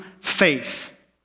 faith